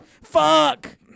Fuck